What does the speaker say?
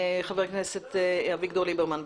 חבר הכנסת אביגדור ליברמן,